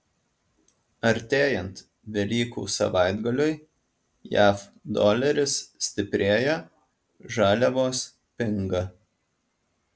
artėjant velykų savaitgaliui jav doleris stiprėja žaliavos pinga